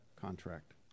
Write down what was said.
contract